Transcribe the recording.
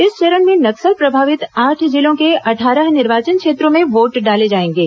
इस चरण में नक्सल प्रभावित आठ जिलों के अट्टारह निर्वाचन क्षेत्रों में वोट डाले जाएंगे